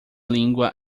língua